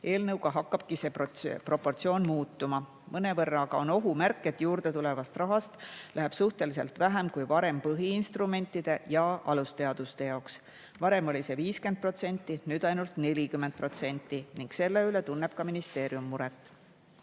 Eelnõu kohaselt hakkabki see proportsioon muutuma. Mõnevõrra aga on ohumärk, et juurdetulevast rahast läheb suhteliselt vähem põhiinstrumentide ja alusteaduste jaoks. Varem oli see 50%, nüüd ainult 40% ning selle pärast tunneb ka ministeerium muret.